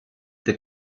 the